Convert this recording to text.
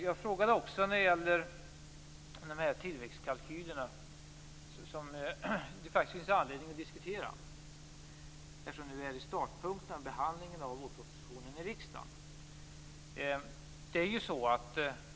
Jag ställde också en fråga om tillväxtkalkylerna, som det faktiskt finns anledning att diskutera, eftersom vi nu befinner oss vid startpunkten för behandlingen av vårpropositionen i riksdagen.